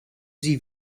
sie